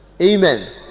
amen